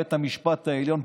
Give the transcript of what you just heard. בית המשפט העליון,